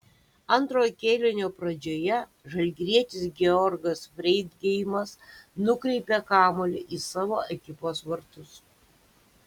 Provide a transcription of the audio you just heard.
antrojo kėlinio pradžioje žalgirietis georgas freidgeimas nukreipė kamuolį į savo ekipos vartus